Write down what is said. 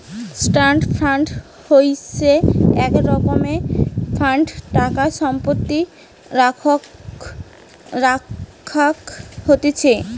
trust fund হইসে এক রকমের ফান্ড টাকা সম্পত্তি রাখাক হতিছে